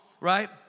right